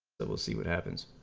the we'll see what happens